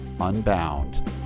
unbound